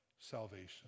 salvation